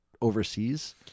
overseas